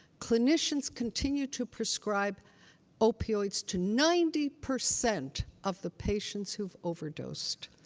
clinicians continue to prescribe opioids to ninety percent of the patients who've overdosed.